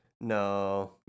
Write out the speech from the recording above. no